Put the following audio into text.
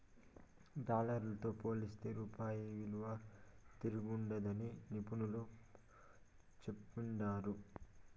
dollar తో పోలిస్తే రూపాయి ఇలువ తిరంగుండాదని నిపునులు చెప్తాండారు